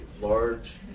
large